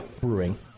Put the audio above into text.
Brewing